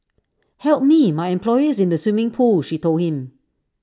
help me my employer is in the swimming pool she told him